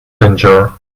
danger